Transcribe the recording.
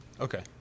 Okay